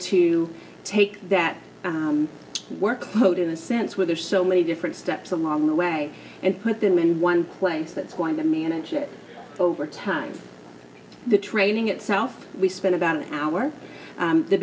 to take that workload in a sense where there are so many different steps along the way and put them in one place that's going to manage it over time the training itself we spent about an hour